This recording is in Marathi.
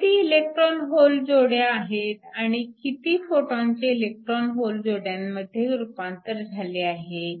किती इलेक्ट्रॉन होल जोड्या आहेत आणि किती फोटॉनचे इलेक्ट्रॉन होल जोड्यांमध्ये रूपांतर झाले आहे